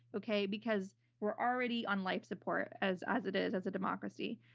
okay? because we're already on life support as as it is, as a democracy.